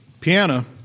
piano